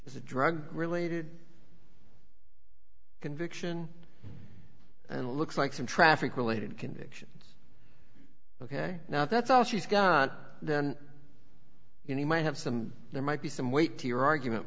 is a drug related conviction and looks like some traffic related convictions ok now that's all she's got then you might have some there might be some weight to your argument